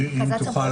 אם תוכל,